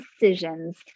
decisions